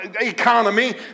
economy